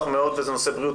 ח"כ מרב מיכאלי בבקשה.